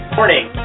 morning